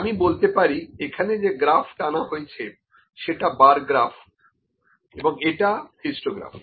আমি বলতে পারি এখানে যে গ্রাফ টানা হয়েছে সেটা বার গ্রাফ এবং এটা হিস্টোগ্রাম